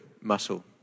muscle